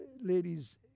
ladies